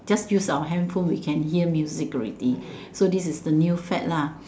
just use our handphone we can hear music already so this is the new fad lah